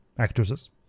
actresses